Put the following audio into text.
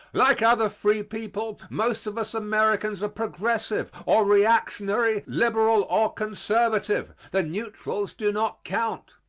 like other free people, most of us americans are progressive or reactionary, liberal or conservative. the neutrals do not count.